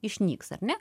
išnyks ar ne